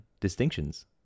distinctions